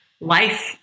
life